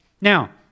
Now